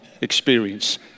experience